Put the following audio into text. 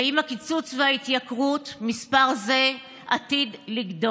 ועם הקיצוץ וההתייקרות מספר זה עתיד לגדול.